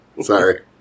Sorry